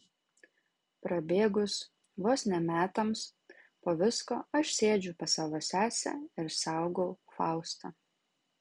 prabėgus vos ne metams po visko aš sėdžiu pas savo sesę ir saugau faustą